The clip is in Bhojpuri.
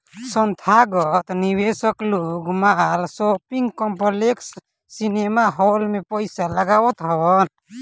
संथागत निवेशक लोग माल, शॉपिंग कॉम्प्लेक्स, सिनेमाहाल में पईसा लगावत हवन